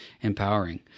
empowering